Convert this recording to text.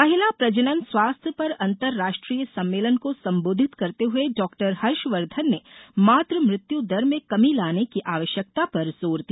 महिला प्रजनन स्वास्थ्य पर अंतर्राष्ट्रीय सम्मेलन को संबोधित करते हुए डॉक्टर हर्षवर्धन ने मातू मृत्यू दर में कमी लाने की आवश्यकता पर जोर दिया